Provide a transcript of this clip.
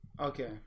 Okay